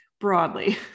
broadly